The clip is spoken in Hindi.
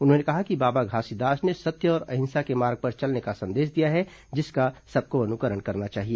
उन्होंने कहा कि बाबा घासीदास ने सत्य और अहिंसा के मार्ग पर चलने का संदेश दिया है जिसका सबको अनुकरण करना चाहिए